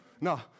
No